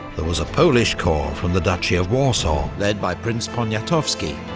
there was a polish corps from the dutchy of warsaw, led by prince poniatowksi,